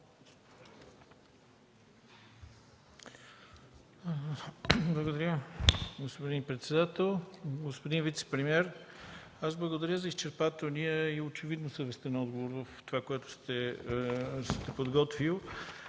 Благодаря, господин председател. Господин вицепремиер, аз благодаря за изчерпателния и очевидно съвестен отговор, който сте подготвил.